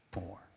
more